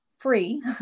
free